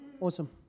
Awesome